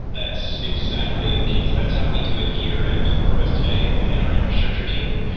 that's exactly the case. that's how we do it here at coreos today. within our infrastructure team,